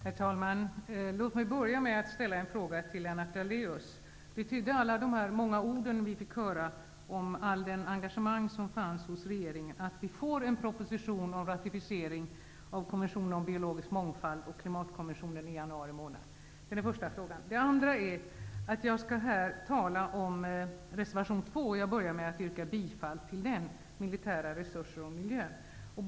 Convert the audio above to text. Herr talman! Låt mig börja med att rikta en fråga till Lennart Daléus. Vi tydde alla de ord som vi fick höra om det starka engagemang som finns hos regeringen så, att det blir en proposition om ratificering av konventionen om biologisk mångfald och av klimatkonventionen i januari månad. Är detta riktigt? Jag skall här tala om reservation 2 om sambandet mellan militär verkamhet och miljön, till vilken jag inledningsvis yrkar bifall.